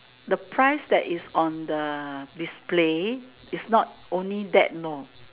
the price that is on the display is not only that lor